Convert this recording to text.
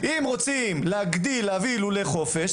אם רוצים להביא לולי חופש,